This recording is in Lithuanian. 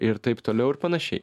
ir taip toliau ir panašiai